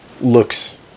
looks